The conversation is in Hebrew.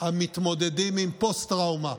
המתמודדים עם פוסט-טראומה,